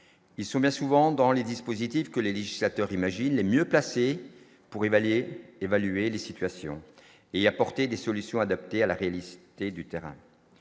ils sont bien souvent dans les dispositifs que les législateurs imagine les mieux placés pour évaluer et évaluer les situations il y apporter des solutions adaptées à la réalité du terrain,